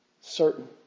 Certain